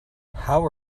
how